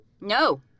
No